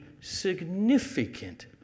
significant